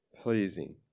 pleasing